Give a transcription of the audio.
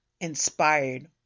inspired